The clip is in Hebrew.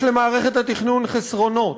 יש למערכת התכנון חסרונות,